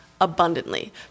abundantly